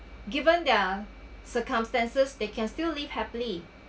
given their circumstances they can still live happily